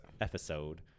Episode